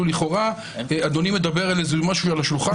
לכאורה אדוני מדבר על איזה משהו שעל השולחן,